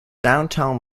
downtown